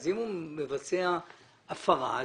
אם הוא מבצע הפרה,